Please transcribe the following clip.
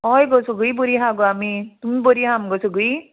हय गो सगळी बरी आहा गो आमी तुमी बरी आहा मुगो सगळी